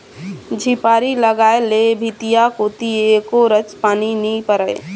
झिपारी लगाय ले भीतिया कोती एको रच पानी नी परय